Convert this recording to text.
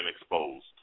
exposed